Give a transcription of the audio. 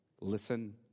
listen